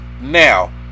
Now